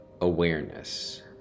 awareness